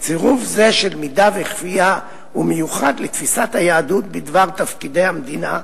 צירוף זה של מידה וכפייה הוא מיוחד לתפיסת היהדות בדבר תפקידי המדינה,